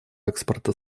экспорта